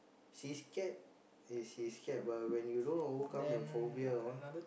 she scared is she scared but when you don't overcome your phobia all